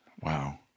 Wow